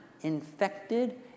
infected